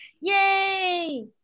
yay